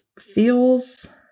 feels